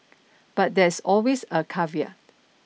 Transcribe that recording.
but there's always a caveat